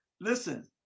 listen